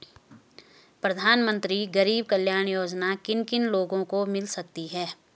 प्रधानमंत्री गरीब कल्याण योजना किन किन लोगों को मिल सकती है?